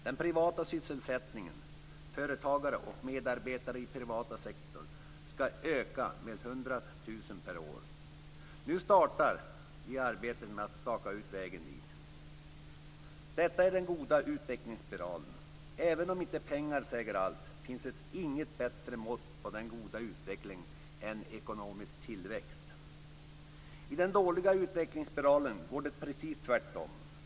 Den privata sysselsättningen - företagare och medarbetare i privat sektor - skall öka med 100 000 per år. Nu startar arbetet med att staka ut vägen dit. Detta är den goda utvecklingsspiralen. Även om inte pengar säger allt, finns det inget bättre mått på den goda utvecklingen än ekonomisk tillväxt. I den dåliga utvecklingsspiralen går det precis tvärtom.